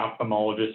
ophthalmologist